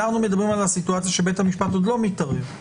אנחנו מדברים על הסיטואציה שבית המשפט עוד לא מתערב.